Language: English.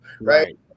right